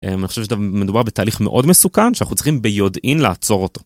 אני חושב שאתה, מדובר בתהליך מאוד מסוכן שאנחנו צריכים ביודעין לעצור אותו.